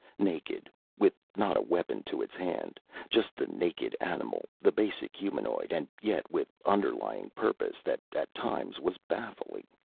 naked, with not a weapon to its hand just the naked animal, the basic humanoid, and yet with underlying purpose that at times was baffling.